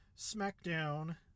SmackDown